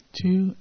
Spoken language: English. two